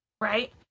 right